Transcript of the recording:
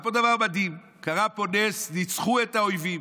היה פה דבר מדהים, קרה פה נס: ניצחו את האויבים,